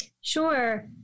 Sure